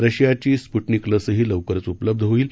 रशियाची स्पुटनिक लसही लवकरच उपलब्ध होईल